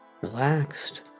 relaxed